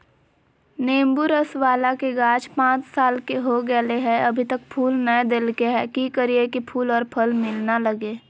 नेंबू रस बाला के गाछ पांच साल के हो गेलै हैं अभी तक फूल नय देलके है, की करियय की फूल और फल मिलना लगे?